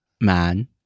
man